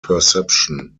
perception